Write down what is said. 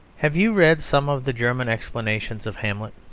have you read some of the german explanations of hamlet?